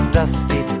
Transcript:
dusty